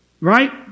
Right